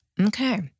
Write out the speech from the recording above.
Okay